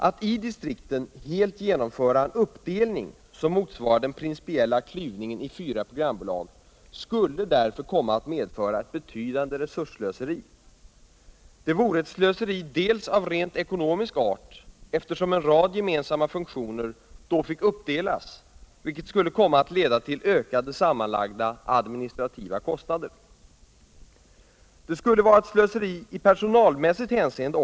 Att i distrikten helt genomföra en uppdelning som motsvarar den principiella klyvningen i fyra programbolag skulle komma att medföra ett betydande resursslöseri. Dels vore der ett slöseri av rent ekonomisk art. eftersom en rad gemensamma funktioner då fick uppdelas. vilket skulle komma att leda till ökade sammanlagda administrativa kostnader. Dels skulle der vara ett slöseri I personalmässigt hänscende.